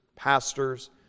pastors